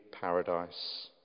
paradise